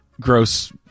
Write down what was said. gross